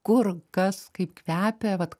kur kas kaip kvepia vat